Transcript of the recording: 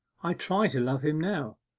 i try to love him now